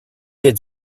did